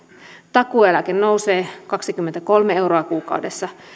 takuueläke nousee kaksikymmentäkolme euroa kuukaudessa